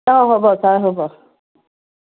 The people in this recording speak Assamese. অঁ হ'ব ছাৰ হ'ব